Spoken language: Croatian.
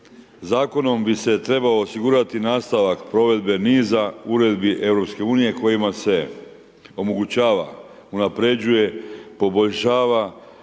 Zakonom se bi se trebalo osigurati nastavak provedbe niza uredbi EU-a kojima se omogućava, unaprjeđuje, poboljšava